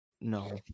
No